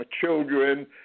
children